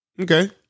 Okay